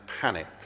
panic